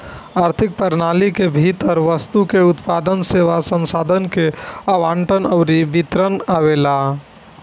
आर्थिक प्रणाली के भीतर वस्तु के उत्पादन, सेवा, संसाधन के आवंटन अउरी वितरण आवेला